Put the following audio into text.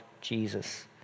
Jesus